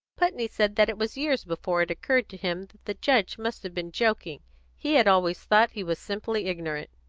putney said that it was years before it occurred to him that the judge must have been joking he had always thought he was simply ignorant.